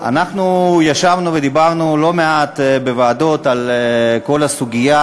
ישבנו ודיברנו לא מעט בוועדות על כל הסוגיה,